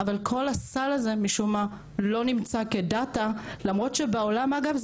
אבל כל הסל הזה משום מה לא נמצא כדאטה למרות שבעולם אגב,